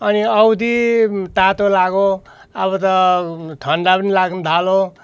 अनि औधी तातो लाग्यो अब त ठन्डा पनि लाग्नु थाल्यो